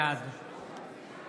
בעד